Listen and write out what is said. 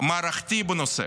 מערכתי בנושא.